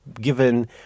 given